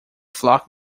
flock